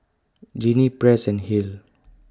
Genie Press and Hale